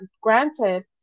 Granted